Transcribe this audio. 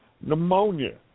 Pneumonia